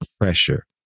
pressure